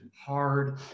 hard